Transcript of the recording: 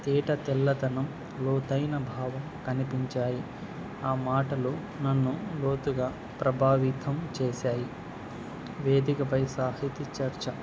తేట తెల్లతనం లోతైన భావం కనిపించాయి ఆ మాటలు నన్ను లోతుగా ప్రభావితం చేశాయి వేదికపై సాహితీ చర్చ